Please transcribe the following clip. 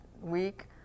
week